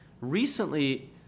Recently